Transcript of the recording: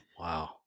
Wow